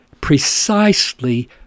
precisely